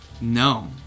No